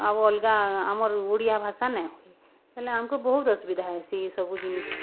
ଆଉ ଅଲଗା ଆମର ଓଡ଼ିଆ ଭାଷା ନାହିଁ ହେଲେ ଆମକୁ ବହୁତ ଅସୁବିଧା ହେସି ସେସବୁ ଜିନିଷ୍